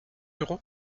euros